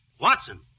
Watson